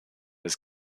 his